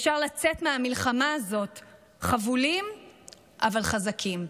אפשר לצאת מהמלחמה הזאת חבולים אבל חזקים.